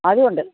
അതും ഉണ്ട്